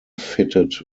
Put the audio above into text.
fitted